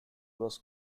was